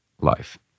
life